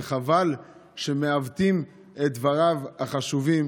וחבל שמעוותים את דבריו החשובים.